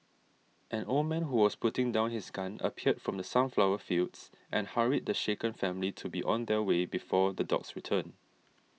an old man who was putting down his gun appeared from the sunflower fields and hurried the shaken family to be on their way before the dogs return